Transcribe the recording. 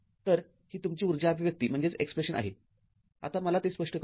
तरही तुमची उर्जा अभिव्यक्ती आहे आता मला ते स्पष्ट करू द्या